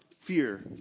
fear